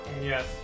yes